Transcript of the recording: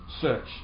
Search